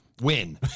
win